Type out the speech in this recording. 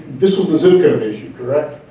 this was the zip code issue correct?